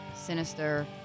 sinister